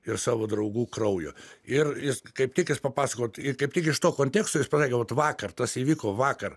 ir savo draugų kraujo ir jis kaip tik jis papasakojo ir kaip tik iš to konteksto jis pasakė vat vakar tas įvyko vakar